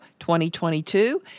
2022